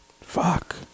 fuck